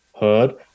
heard